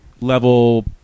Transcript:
level